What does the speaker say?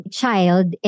child